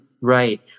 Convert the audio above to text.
Right